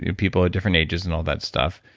and people at different ages and all that stuff.